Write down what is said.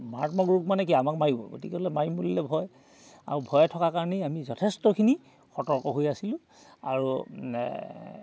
মাৰাত্মক ৰূপ মানে কি আমাক মাৰিব গতিকেলৈ মাৰিম বুলিলে ভয় আৰু ভয় থকা কাৰণেই আমি যথেষ্টখিনি সতৰ্ক হৈ আছিলোঁ আৰু